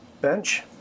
bench